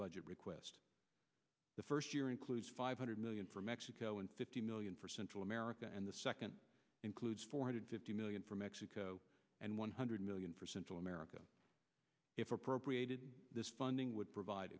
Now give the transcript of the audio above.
budget request the first year includes five hundred million for mexico and fifty million for central america and the second includes four hundred fifty million for mexico and one hundred million for central america if appropriated this funding would provide